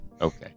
Okay